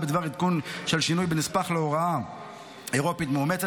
בדבר עדכון של שינוי בנספח להוראה אירופאית מאומצת